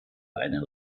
einen